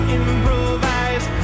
improvise